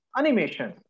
animation